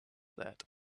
that